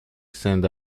send